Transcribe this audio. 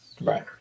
right